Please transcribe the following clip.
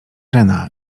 rena